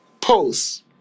posts